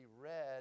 read